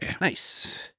Nice